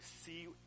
see